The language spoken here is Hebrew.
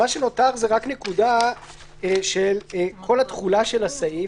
מה שנותר זה נקודה של כל תחולת הסעיף,